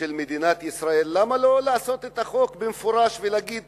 של מדינת ישראל למה לא לעשות חוק ולהגיד